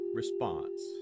response